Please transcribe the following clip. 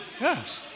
Yes